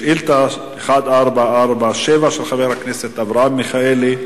שאילתא 1447 של חבר הכנסת אברהם מיכאלי.